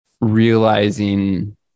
realizing